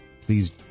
please